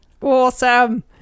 Awesome